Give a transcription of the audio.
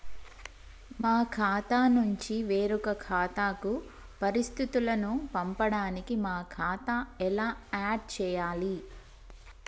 మా ఖాతా నుంచి వేరొక ఖాతాకు పరిస్థితులను పంపడానికి మా ఖాతా ఎలా ఆడ్ చేయాలి?